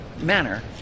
manner